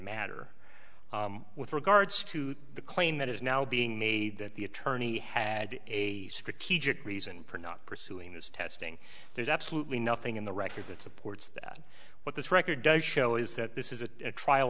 matter with regards to the claim that is now being made that the attorney had a strategic reason for not pursuing this testing there's absolutely nothing in the record that supports that what this record does show is that this is a trial